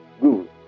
Good